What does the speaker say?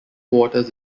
quarters